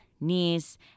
knees